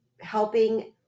helping